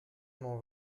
m’en